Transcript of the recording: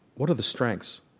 what are the strengths?